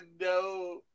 no –